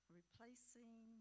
replacing